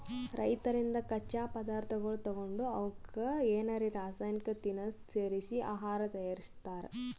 ರೈತರಿಂದ್ ಕಚ್ಚಾ ಪದಾರ್ಥಗೊಳ್ ತಗೊಂಡ್ ಅವಕ್ಕ್ ಏನರೆ ರಾಸಾಯನಿಕ್ ತಿನಸ್ ಸೇರಿಸಿ ಆಹಾರ್ ತಯಾರಿಸ್ತಾರ್